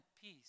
peace